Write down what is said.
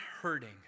hurting